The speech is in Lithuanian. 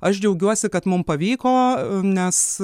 aš džiaugiuosi kad mum pavyko nes